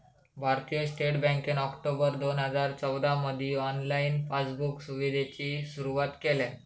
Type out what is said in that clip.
भारतीय स्टेट बँकेन ऑक्टोबर दोन हजार चौदामधी ऑनलाईन पासबुक सुविधेची सुरुवात केल्यान